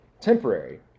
Temporary